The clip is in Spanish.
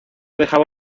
dejaba